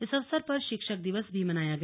इस अवसर पर शिक्षक दिवस भी मनाया गया